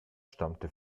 stammte